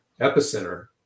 epicenter